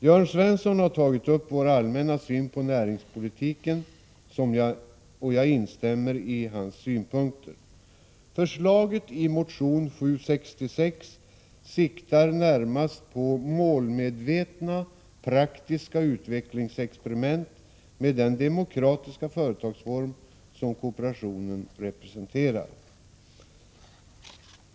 Jörn Svensson har tagit upp vår allmänna syn på näringspolitiken, och jag instämmer i hans synpunkter. Förslaget i motion 764 siktar närmast på målmedvetna praktiska utvecklingsexperiment med den demokratiska företagsform som kooperationen representerar.